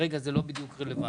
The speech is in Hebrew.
כרגע זה לא בדיוק רלוונטי,